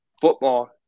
football